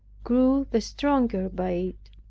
grew the stronger by